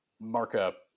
markup